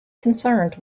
concerned